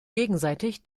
gegenseitig